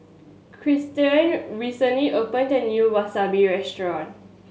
Kristen recently opened a new Wasabi Restaurant